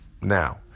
now